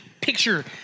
picture